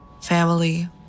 family